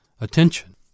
attention